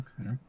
okay